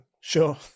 Sure